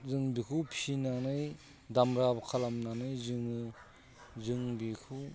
जों बेखौ फिनानै दामब्रा खालामनानै जोङो जों बेखौ